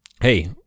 hey